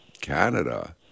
Canada